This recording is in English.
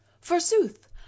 forsooth